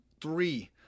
three